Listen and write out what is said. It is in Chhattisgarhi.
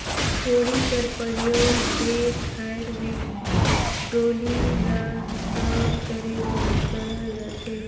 कोड़ी कर परियोग खेत खाएर मे डोली ल सम करे बर करल जाथे